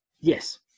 Yes